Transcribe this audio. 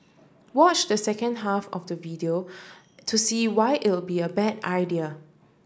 watch the second half of the video to see why it'll be a bad idea